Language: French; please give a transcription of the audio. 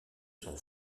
son